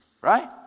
Right